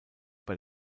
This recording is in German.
bei